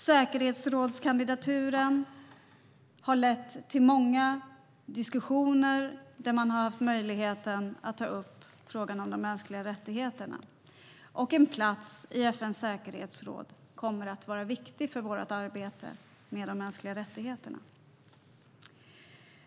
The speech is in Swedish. Säkerhetsrådskandidaturen har lett till många diskussioner där man har haft möjligheten att ta upp frågan om de mänskliga rättigheterna. En plats i FN:s säkerhetsråd kommer att vara viktig för vårt arbete med de mänskliga rättigheterna.